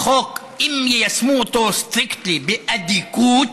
החוק, אם יישמו אותו strictly, באדיקות,